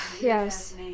Yes